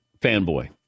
fanboy